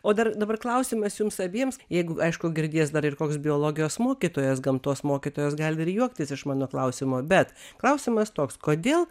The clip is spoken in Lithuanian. o dar dabar klausimas jums abiems jeigu aišku girdės dar ir koks biologijos mokytojas gamtos mokytojos gali ir juoktis iš mano klausimo bet klausimas toks kodėl